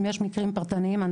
אם יש מקרים פרטניים,